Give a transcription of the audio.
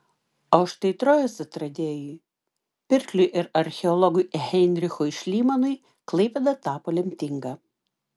o štai trojos atradėjui pirkliui ir archeologui heinrichui šlymanui klaipėda tapo lemtinga